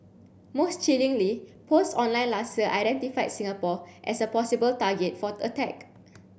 most chillingly posts online last year identified Singapore as a possible target for attack